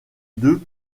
deux